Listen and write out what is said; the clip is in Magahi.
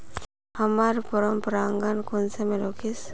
हमार पोरपरागण कुंसम रोकीई?